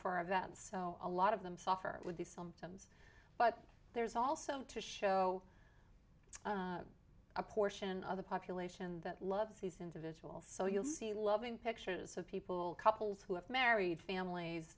of that so a lot of them suffer with these symptoms but there's also to show a portion of the population that loves these individuals so you'll see loving pictures of people couples who have married families